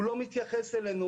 הוא לא מתייחס ל אלינו.